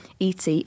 ET